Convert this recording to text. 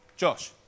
Josh